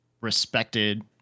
respected